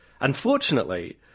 Unfortunately